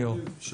ליאור, בבקשה.